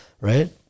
right